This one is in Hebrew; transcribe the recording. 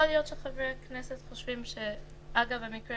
יכול להיות שחברי הכנסת חושבים שאגב המקרה